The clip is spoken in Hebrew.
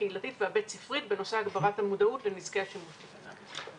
הקהילתית והבית הספרית בנושא הגברת המודעות לנזקי השימוש בקנאביס.